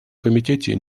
комитете